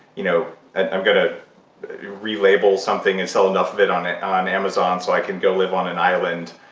you know i'm going to re-label something and sell enough of it on it on amazon so i can go live on an island,